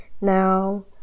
now